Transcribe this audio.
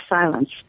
silence